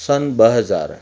सन ॿ हज़ार